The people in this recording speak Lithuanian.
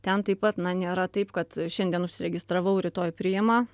ten taip pat na nėra taip kad šiandien užsiregistravau rytoj priima